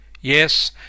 Yes